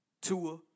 Tua